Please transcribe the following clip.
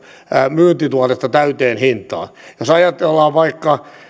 myyntituotetta täyteen hintaan jos ajatellaan vaikka